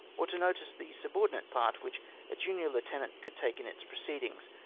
or to notice the subordinate part which a jmiior heutenant could take in its proceedings.